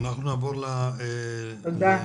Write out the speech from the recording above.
תודה.